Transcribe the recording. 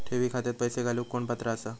ठेवी खात्यात पैसे घालूक कोण पात्र आसा?